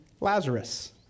Lazarus